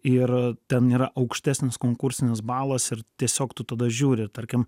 ir ten yra aukštesnis konkursinis balas ir tiesiog tu tada žiūri tarkim